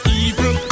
evil